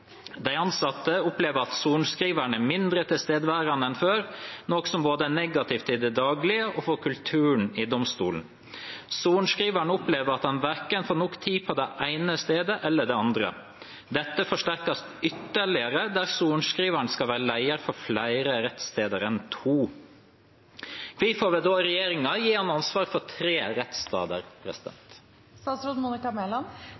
De ansatte opplever at sorenskriveren er mindre tilstedeværende enn før, noe som både er negativt i det daglige og for kulturen i domstolen. Sorenskriveren opplever at han verken får nok tid på det ene stedet eller det andre. Dette forsterkes ytterligere der sorenskriveren skal være leder for flere rettssteder enn to.» Kvifor vil då regjeringa gi han ansvar for tre rettsstader?»